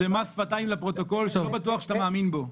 זה מס שפתיים לפרוטוקול, שלא בטוח שאתה מאמין בו.